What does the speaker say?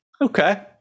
Okay